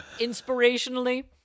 Inspirationally